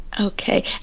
Okay